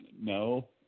No